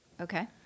Okay